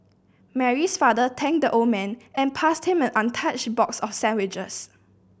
Mary's father thanked the old man and passed him an untouched box of sandwiches